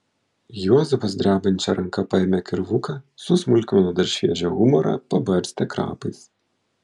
juozapas drebančia ranka paėmė kirvuką susmulkino dar šviežią humorą pabarstė krapais